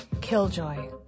Killjoy